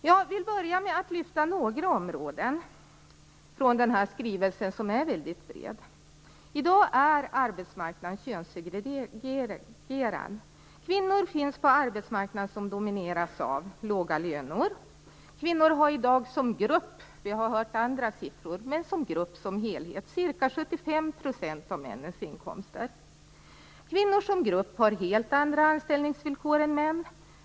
Jag vill börja med att lyfta fram några områden i den mycket brett upplagda skrivelsen. I dag är arbetsmarknaden könssegregerad. Kvinnor finns på en arbetsmarknad som domineras av låga löner. Kvinnor har i dag som grupp - i andra avseenden får vi höra andra siffror - ca 75 % av männens inkomster. Kvinnor som grupp har helt andra anställningsvillkor än män.